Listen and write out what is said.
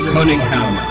Cunningham